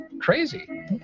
Crazy